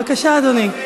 בבקשה, אדוני.